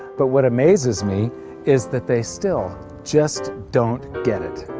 but what amazes me is that they still just don't get it!